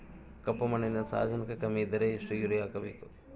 ಕಪ್ಪು ಮಣ್ಣಿನಲ್ಲಿ ಸಾರಜನಕ ಕಮ್ಮಿ ಇದ್ದರೆ ಎಷ್ಟು ಯೂರಿಯಾ ಹಾಕಬೇಕು?